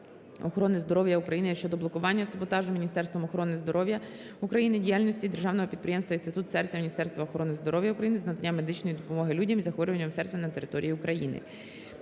охорони здоров'я України щодо блокування та саботажу Міністерством охорони здоров'я України діяльності державного підприємства "Інститут серця Міністерства охорони здоров'я України" з надання медичної допомоги людям із захворюваннями серця на території України.